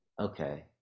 Okay